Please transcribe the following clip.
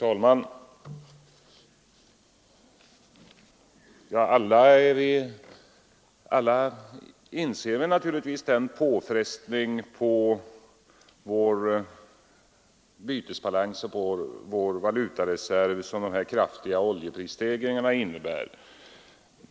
Herr talman! Alla inser vi naturligtvis den påfrestning på vår bytesbalans och vår valutareserv som de kraftiga oljeprisstegringarna innebär.